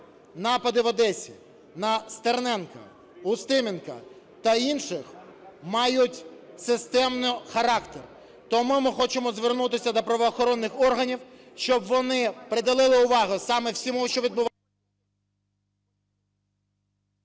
напади в Одесі на Стерненка, Устименка та інших мають системний характер. Тому ми хочемо звернутися до правоохоронних органів, щоб вони приділили увагу саме всьому, що… ГОЛОВУЮЧИЙ.